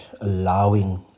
allowing